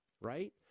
right